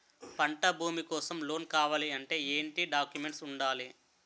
పంట భూమి కోసం లోన్ కావాలి అంటే ఏంటి డాక్యుమెంట్స్ ఉండాలి?